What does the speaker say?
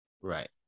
right